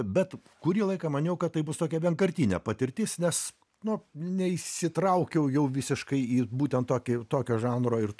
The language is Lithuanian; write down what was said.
bet kurį laiką maniau kad tai bus tokia vienkartinė patirtis nes nu neįsitraukiau jau visiškai į būtent tokį tokio žanro ir